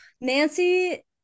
Nancy